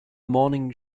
morning